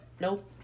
Nope